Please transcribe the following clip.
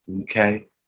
Okay